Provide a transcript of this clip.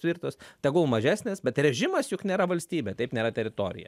tvirtos tegul mažesnės bet režimas juk nėra valstybė taip nėra teritorija